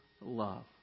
love